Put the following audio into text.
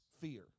fear